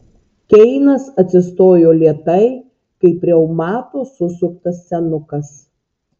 keinas atsistojo lėtai kaip reumato susuktas senukas